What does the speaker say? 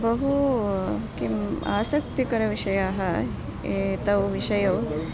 बहु किम् आसक्तिकरविषयाः एतौ विषयौ